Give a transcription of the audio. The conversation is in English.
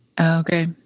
Okay